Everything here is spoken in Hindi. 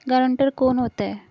गारंटर कौन होता है?